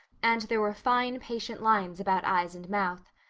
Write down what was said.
and there were fine, patient lines about eyes and mouth.